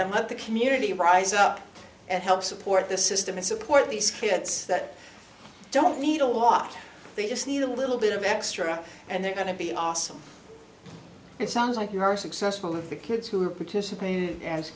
of the community and rise up and help support the system and support these kids that don't need a lot they just need a little bit of extra and they're going to be awesome it sounds like you are successful and the kids who are participat